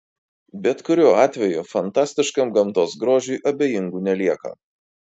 bet kuriuo atveju fantastiškam gamtos grožiui abejingų nelieka